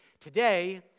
Today